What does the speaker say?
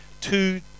two